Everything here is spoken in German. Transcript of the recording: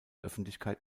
öffentlichkeit